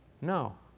No